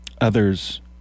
others